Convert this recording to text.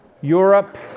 Europe